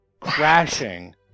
crashing